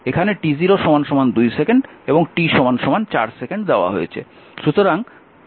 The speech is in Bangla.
এখানে t0 2 সেকেন্ড এবং t 4 সেকেন্ড দেওয়া হয়েছে